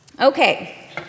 Okay